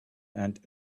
and